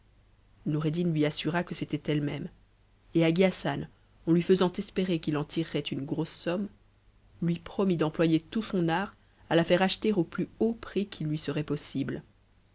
noureddin lui assura que c'était elle-même et hagi hassan en lui faisant espérer qu'il en tirerait une grosse somme lui promit d'employer tout son art à la faire acheter au plus haut prix qu'il lui serait possible